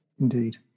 indeed